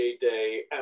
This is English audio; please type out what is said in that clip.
Day